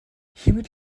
hiermit